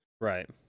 right